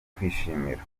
kwishimira